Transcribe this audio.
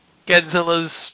Godzilla's